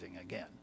again